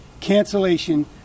cancellation